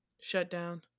shutdown